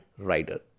Rider